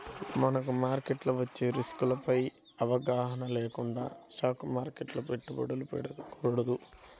మనకు మార్కెట్లో వచ్చే రిస్కులపై అవగాహన లేకుండా స్టాక్ మార్కెట్లో పెట్టుబడులు పెట్టకూడదు